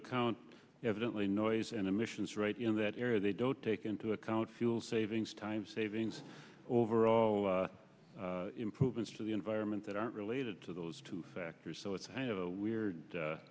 account evidently noise and emissions right in that area they don't take into account fuel savings time savings overall improvements to the environment that aren't related to those two factors so it's have a weird